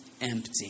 empty